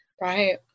Right